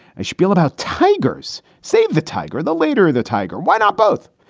a spiel about tigers. save the tiger, the later the tiger. why not both?